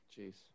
Jeez